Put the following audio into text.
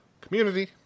community